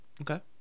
okay